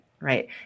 right